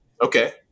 Okay